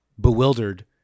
bewildered